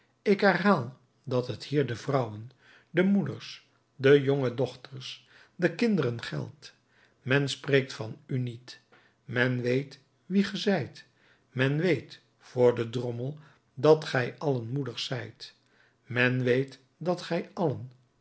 ik herhaal dat het hier de vrouwen de moeders de jongedochters de kinderen geldt men spreekt van u niet men weet wie ge zijt men weet voor den drommel dat gij allen moedig zijt men weet dat gij allen